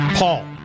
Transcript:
Paul